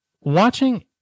Watching